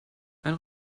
ein